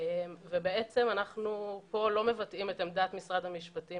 ובעצם פה אנחנו לא מבטאים את עמדת משרד המשפטים,